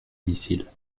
missile